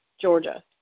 Georgia